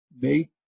make